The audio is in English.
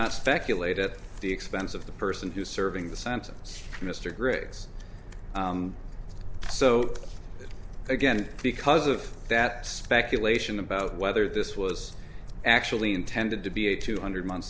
not speculate at the expense of the person who's serving the sentence mr griggs so again because of that speculation about whether this was actually intended to be a two hundred month